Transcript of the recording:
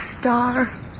star